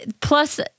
plus